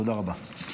תודה רבה.